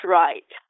right